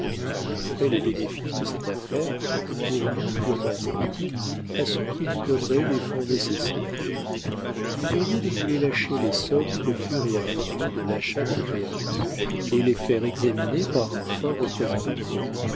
il offrait les bénéfices de cette affaire pour lui purement politique à ceux qui lui donneraient les fonds nécessaires l'usurier ne voulait lâcher les sommes qu'au fur et à mesure de l'achat des créances et les faire examiner par un fin représentant